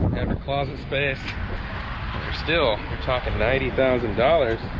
have a closet space still we're talking ninety thousand dollars